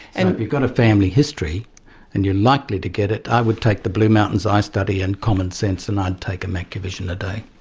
and you've got a family history and you're likely to get it, i would take the blue mountains eye study and common sense and i'd take a macu-vision a day